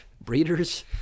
Breeders